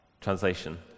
translation